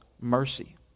mercy